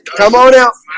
come out out